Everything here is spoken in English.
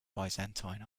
byzantine